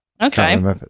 Okay